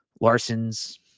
Larson's